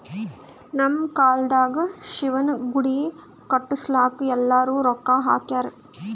ನಮ್ ಕಾಲ್ದಾಗ ಶಿವನ ಗುಡಿ ಕಟುಸ್ಲಾಕ್ ಎಲ್ಲಾರೂ ರೊಕ್ಕಾ ಹಾಕ್ಯಾರ್